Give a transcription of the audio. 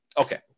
Okay